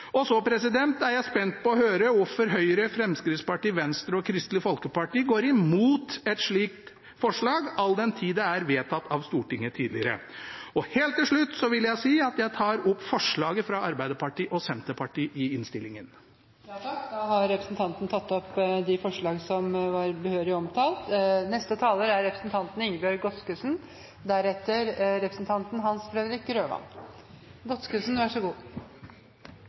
Og så er jeg spent på å høre hvorfor Høyre, Fremskrittspartiet, Venstre og Kristelig Folkeparti går imot et slikt forslag, all den tid det er vedtatt av Stortinget tidligere. Helt til slutt vil jeg ta opp forslaget fra Arbeiderpartiet og Senterpartiet i innstillingen. Representanten Sverre Myrli har tatt opp